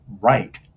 right